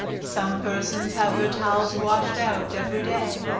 some persons have their towels washed out every day,